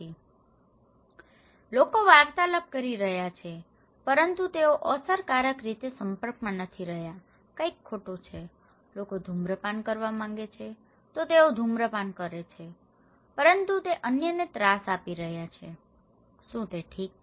તેથી લોકો વાર્તાલાપ કરી રહ્યાં છે પરંતુ તેઓ અસરકારક રીતે સંપર્કમાં નથી રહ્યાં કંઈક ખોટુ છે લોકો ધૂમ્રપાન કરવા માંગે છે તેઓ ધૂમ્રપાન કરે છે પરંતુ તે અન્યને ત્રાસ આપી રહ્યા છે શું તે ઠીક છે